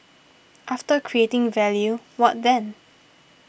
after creating value what then